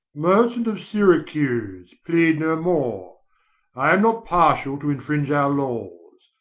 merchant of syracuse, plead no more i am not partial to infringe our laws.